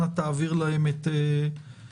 אנא תעביר להם את הערכתנו.